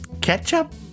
ketchup